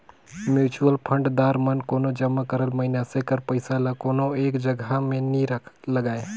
mutual fund दार मन कोनो जमा करल मइनसे कर पइसा ल कोनो एक जगहा में नी लगांए